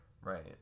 right